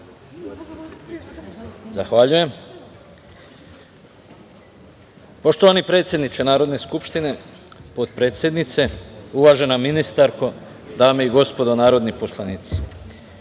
Zahvaljujem. Poštovani predsedniče Narodne skupštine, potpredsednice, uvažena ministarko, dame i gospodo narodni poslanici,